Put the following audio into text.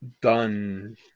done